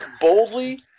boldly